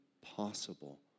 possible